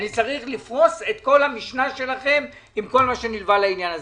אני צריך לפרוס את כל המשנה שלכם עם כל מה שנלווה לעניין הזה,